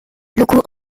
locaux